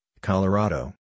Colorado